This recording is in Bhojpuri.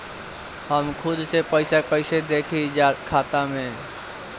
हम खुद से पइसा कईसे देखी खाता में?